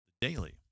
daily